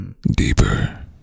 deeper